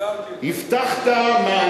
שחררתי אותו.